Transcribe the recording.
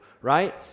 right